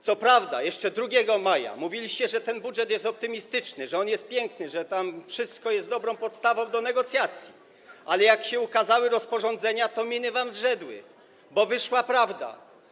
Co prawda jeszcze 2 maja mówiliście, że ten budżet jest optymistyczny, że on jest piękny, że tam wszystko jest dobrą podstawą do negocjacji, ale jak się ukazały rozporządzenia, to miny wam zrzedły, bo wyszła prawda.